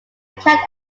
cat